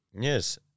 yes